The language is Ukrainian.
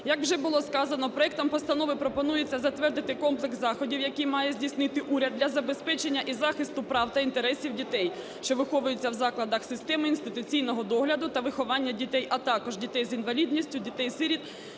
Як вже було сказано, проектом постанови пропонується затвердити комплекс заходів, які має здійснити уряд, для забезпечення і захисту прав та інтересів дітей, що виховуються в закладах системи інституційного догляду та виховання дітей, а також дітей з інвалідністю, дітей-сиріт,